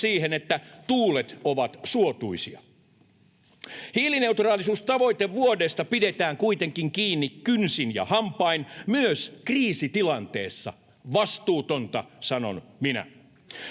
siihen, että tuulet ovat suotuisia. Hiilineutraalisuustavoitevuodesta pidetään kuitenkin kiinni kynsin ja hampain myös kriisitilanteessa. Vastuutonta, sanon minä.